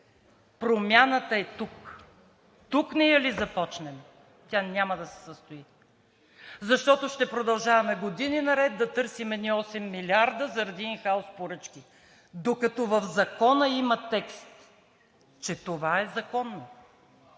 промяната е тук. Тук не я ли започнем, тя няма да се състои, защото ще продължаваме години наред да търсим едни 8 милиарда заради ин хаус поръчки. Докато в Закона има текст, че това е законно,